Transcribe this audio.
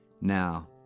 Now